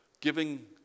Giving